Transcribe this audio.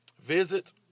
Visit